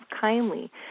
kindly